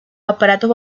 aparatos